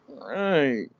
Right